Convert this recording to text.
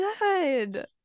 good